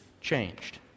changed